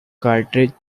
cartridge